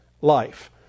life